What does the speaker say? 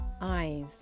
eyes